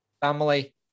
family